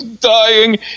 dying